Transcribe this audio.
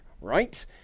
Right